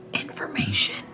information